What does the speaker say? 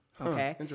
Okay